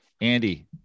Andy